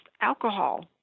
alcohol